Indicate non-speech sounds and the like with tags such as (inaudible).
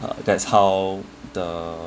(noise) that's how the